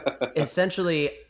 essentially